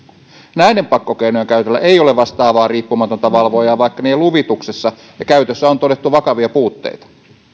näiden pakkokeinojen käytöllä ei ole vastaavaa riippumatonta valvojaa vaikka niiden luvituksessa ja käytössä on todettu vakavia puutteita